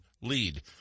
lead